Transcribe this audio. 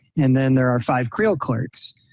and then there are five creel clerks.